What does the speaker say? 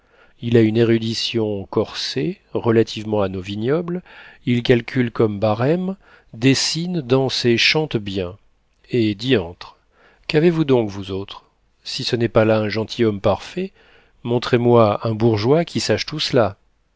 il a une érudition corsée relativement à nos vignobles il calcule comme barême dessine danse et chante bien eh diantre qu'avez-vous donc vous autres si ce n'est pas là un gentilhomme parfait montrez-moi un bourgeois qui sache tout cela